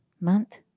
month